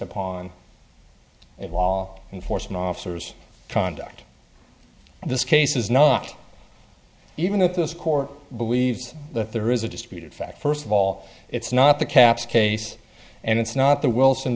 upon it wall enforcement officers conduct this case is not even that this court believes that there is a disputed fact first of all it's not the cap's case and it's not the wilson